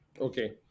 Okay